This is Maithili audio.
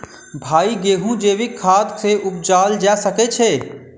भाई गेंहूँ जैविक खाद सँ उपजाल जा सकै छैय?